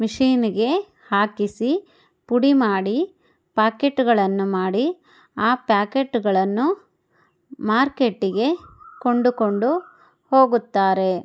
ಮಿಷೀನ್ಗೆ ಹಾಕಿಸಿ ಪುಡಿ ಮಾಡಿ ಪ್ಯಾಕೆಟ್ಗಳನ್ನು ಮಾಡಿ ಆ ಪ್ಯಾಕೆಟ್ಗಳನ್ನು ಮಾರ್ಕೆಟ್ಟಿಗೆ ಕೊಂಡುಕೊಂಡು ಹೋಗುತ್ತಾರೆ